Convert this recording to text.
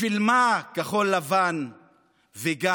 בשביל מה, כחול לבן וגנץ,